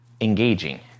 engaging